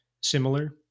similar